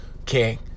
Okay